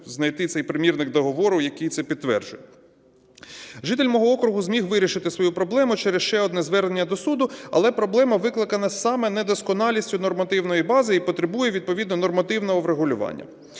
знайти цей примірник договору, який це підтверджує? Житель мого округу зміг вирішити свою проблему через ще одне звернення до суду, але проблема викликана саме недосконалістю нормативної бази і потребує відповідно нормативного врегулювання.